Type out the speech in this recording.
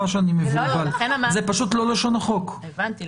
הבנתי.